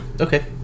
Okay